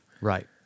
right